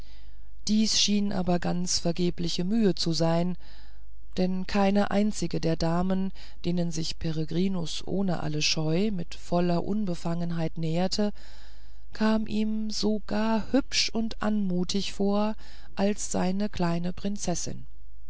dies schien aber ganz vergebliche mühe zu sein denn keine einzige der damen denen sich peregrinus ohne alle scheu mit voller unbefangenheit näherte kam ihm so gar hübsch und anmutig vor als seine kleine prinzessin